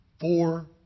four